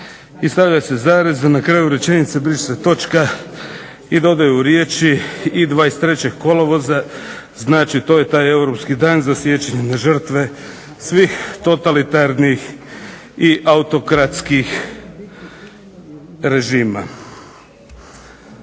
i stavlja se zarez, a na kraju rečenice briše se točka i dodaju riječi "i 23. kolovoza". Znači, to je taj europski dan za sjećanje na žrtve svih totalitarnih i autokratskih režima.